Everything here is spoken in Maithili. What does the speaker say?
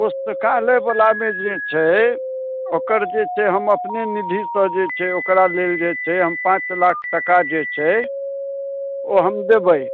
पुस्तकालयवलामे जे छै ओकर जे छै हम अपने निधिसँ जे छै ओकरा लेल जे छै से हम पाँच लाख टका जे छै ओ हम देबै